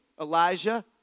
Elijah